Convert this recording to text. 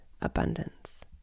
abundance